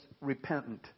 repentant